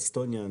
אסטוניה,